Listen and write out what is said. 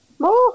More